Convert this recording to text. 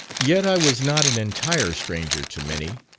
yet i was not an entire stranger to many,